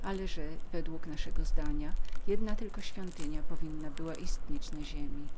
atoli według naszego zdania jedna tylko świątynia powinna była istnieć na ziemi